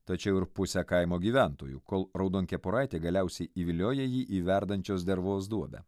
tačiau ir pusę kaimo gyventojų kol raudonkepuraitė galiausiai įvilioja jį į verdančios dervos duobę